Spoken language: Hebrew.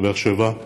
בבאר שבע.